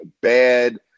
bad